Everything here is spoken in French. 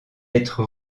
être